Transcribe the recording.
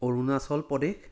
Arunachal Pradesh